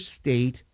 state